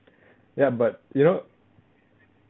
ya but you know